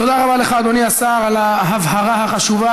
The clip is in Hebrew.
תודה רבה לך, אדוני השר, על ההבהרה החשובה.